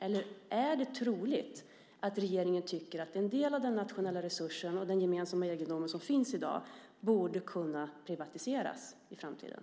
Eller är det troligt att regeringen tycker att en del av den nationella resursen och den gemensamma egendomen som finns i dag borde kunna privatiseras i framtiden?